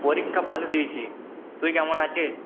পরীক্ষা ভালো দিয়েছি তুই কেমন আছিস